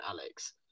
Alex